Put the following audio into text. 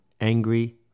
angry